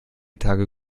tage